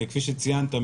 כפי שציינת,